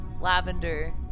lavender